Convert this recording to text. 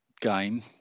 game